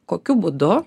kokiu būdu